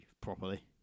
properly